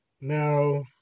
Now